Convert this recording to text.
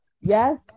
Yes